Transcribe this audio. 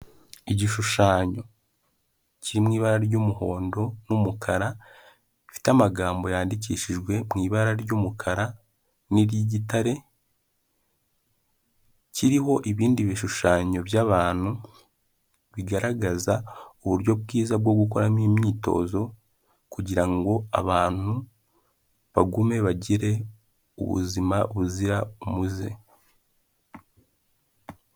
Igishushanyo kiri mu ibara ry'umuhondo n'umukara, gifite amagambo yandikishijwe mu ibara ry'umukara n'iry'igitare, kiriho ibindi bishushanyo by'abantu, bigaragaza uburyo bwiza bwo gukoramo imyitozo, kugira ngo abantu bagume bagire ubuzima buzira umuze.